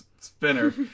spinner